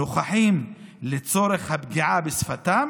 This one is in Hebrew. "נוכחים" לצורך הפגיעה בשפתם,